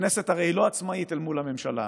הכנסת הרי היא לא עצמאית אל מול הממשלה,